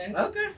Okay